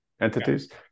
entities